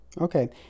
Okay